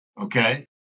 Okay